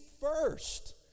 first